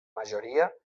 majoria